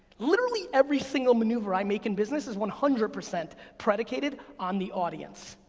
literally, every single maneuver i make in business is one hundred percent predicated on the audience,